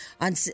on